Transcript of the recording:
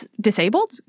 disabled